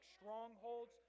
strongholds